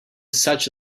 such